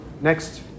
Next